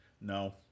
no